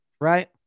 right